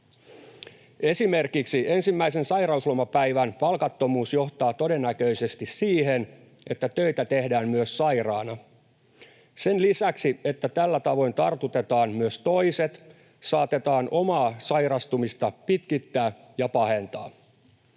Esimerkiksi ensimmäisen sairauslomapäivän palkattomuus johtaa todennäköisesti siihen, että töitä tehdään myös sairaana. Sen lisäksi, että tällä tavoin tartutetaan myös toiset, saatetaan omaa sairastumista pitkittää ja pahentaa.